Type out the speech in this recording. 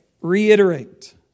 reiterate